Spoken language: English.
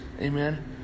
amen